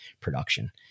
production